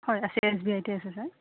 হয় আছে এছ বি আইতে আছে ছাৰ